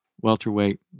welterweight